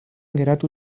geratu